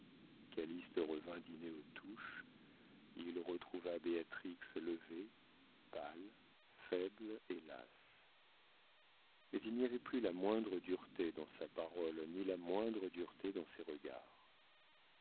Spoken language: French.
baronne calyste revint dîner aux touches il retrouva béatrix levée pâle faible et lasse mais il n'y avait plus la moindre dureté dans sa parole ni la moindre dureté dans ses regards